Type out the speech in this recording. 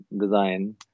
design